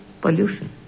pollution